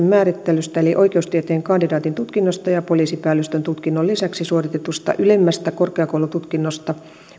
määritellystä tutkintovaatimuksesta eli oikeustieteen kandidaatin tutkinnosta ja poliisipäällystön tutkinnon lisäksi suoritetusta ylemmästä korkeakoulututkinnosta